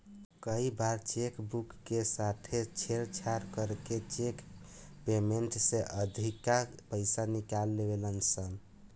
कई बार cheque book के साथे छेड़छाड़ करके चेक पेमेंट से अधिका पईसा निकाल लेवे ला सन